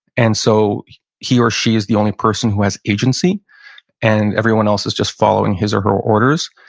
and so he or she is the only person who has agency and everyone else is just following his or her orders.